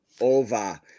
Over